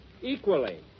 Equally